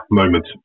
moment